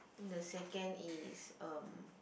and the second is um